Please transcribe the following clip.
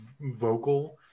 vocal